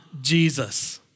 Jesus